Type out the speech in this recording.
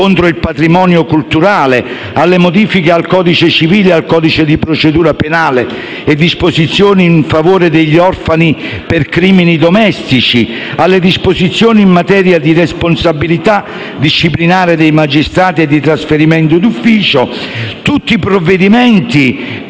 contro il patrimonio culturale; alle modifiche al codice civile e al codice di procedura penale e alle disposizioni in favore degli orfani per crimini domestici; alle disposizioni in materia di responsabilità disciplinare dei magistrati e dei trasferimenti d'ufficio. Tutti questi provvedimenti